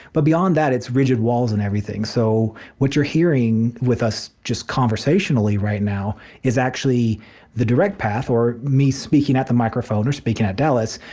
but beyond that, it's rigid walls and everything so what you're hearing from us just conversationally right now is actually the direct path or me speaking at the microphone or speaking at dallas,